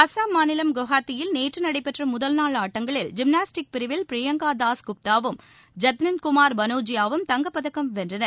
அசாம் மாநிலம் குவஹாத்தியில் நேற்று நடைபெற்ற முதல் நாள் ஆட்டங்களில் ஜிம்னாஸ்டீக் பிரிவில் பிரியங்கா தாஸ் குப்தாவும் ஐத்தீன்குமார் பனோஜியாவும் தங்கப் பதக்கம் வென்றனர்